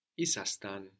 isastan